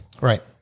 Right